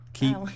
Keep